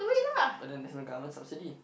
but then there's no government subsidy